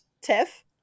Tiff